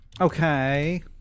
Okay